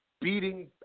beating